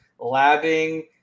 labbing